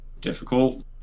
difficult